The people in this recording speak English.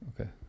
okay